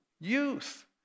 youth